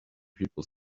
people